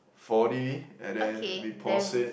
forty and then we pause it